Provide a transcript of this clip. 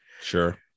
Sure